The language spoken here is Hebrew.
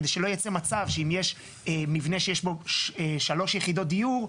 כדי שלא יצא מצב שאם יש מבנה שיש בו שלוש יחידות דיור,